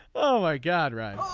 oh my god right.